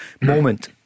moment